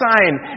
sign